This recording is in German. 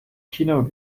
kino